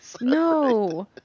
No